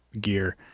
gear